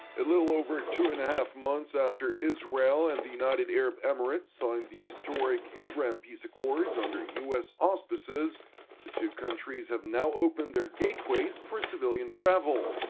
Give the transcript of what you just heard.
a little over two and a half months after israel and the united arab emirates signed the historic abraham peace accords, under u s. auspices the two countries have now opened their gateways for civilian travel.